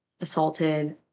assaulted